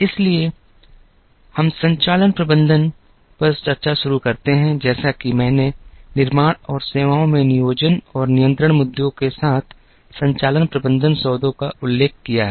इसलिए हम संचालन प्रबंधन पर चर्चा शुरू करते हैं जैसा कि मैंने निर्माण और सेवाओं में नियोजन और नियंत्रण मुद्दों के साथ संचालन प्रबंधन सौदों का उल्लेख किया है